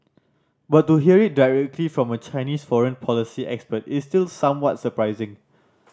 but to hear it directly from a Chinese foreign policy expert is still somewhat surprising